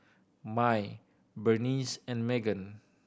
Mai Berniece and Meggan